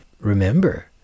remember